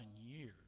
years